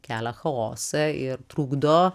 kelia chaosą ir trukdo